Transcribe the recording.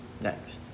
next